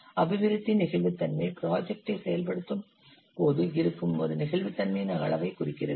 அபிவிருத்தி நெகிழ்வுத்தன்மை ப்ராஜெக்ட்டை செயல்படுத்தும்போது இருக்கும் ஒரு நெகிழ்வுத்தன்மையின் அளவைக் குறிக்கிறது